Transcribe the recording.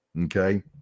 okay